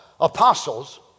apostles